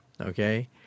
okay